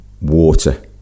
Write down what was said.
water